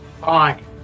Fine